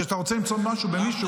כשאתה רוצה למצוא משהו במישהו,